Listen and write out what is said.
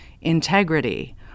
integrity